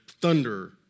thunder